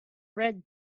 red